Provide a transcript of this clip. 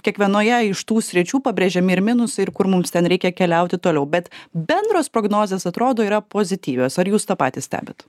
kiekvienoje iš tų sričių pabrėžiami ir minusai ir kur mums ten reikia keliauti toliau bet bendros prognozės atrodo yra pozityvios ar jūs tą patį stebit